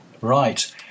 Right